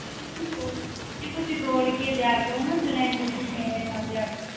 ਜੀ ਤੁਸੀਂ ਤੋਲ ਕੇ ਜੀ ਤੁਸੀਂ ਤੋਲ ਕੇ ਦਿਆ ਕਰੋ ਨਾ ਸਿਲੰਡਰ ਤੁਸੀਂ ਐਵੇਂ ਨਾ ਦਿਆ ਕਰੋ